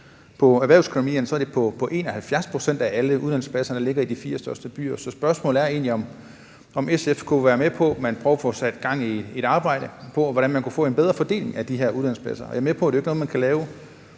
På erhvervsakademierne er det 71 pct. af alle uddannelsespladser, der ligger i de fire største byer. Så spørgsmålet er egentlig, om SF kunne være med på, at man prøvede at få sat gang i et arbejde, i forhold til hvordan man kan få en bedre fordeling af de her uddannelsespladser – jeg er med på, at det ikke er noget, man kan lave